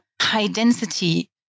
high-density